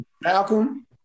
Malcolm